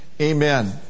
Amen